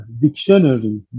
Dictionary